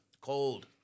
Cold